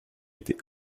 été